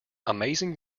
amazing